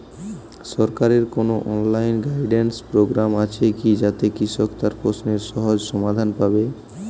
সরকারের কোনো online guidance programme আছে কি যাতে কৃষক তার প্রশ্নের সহজ সমাধান পাবে?